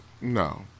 No